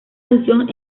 función